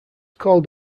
called